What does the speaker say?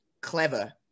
clever